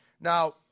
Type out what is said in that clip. Now